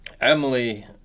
Emily